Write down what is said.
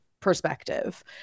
perspective